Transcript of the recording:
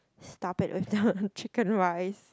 stop it with the chicken rice